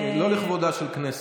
לא לכבודה של הכנסת.